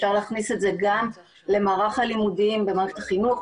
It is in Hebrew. אפשר להכניס את זה גם למערך הלימודים במערכת החינוך,